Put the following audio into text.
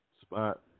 spot